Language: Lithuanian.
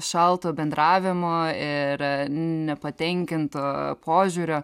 šalto bendravimo ir nepatenkinto požiūrio